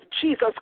Jesus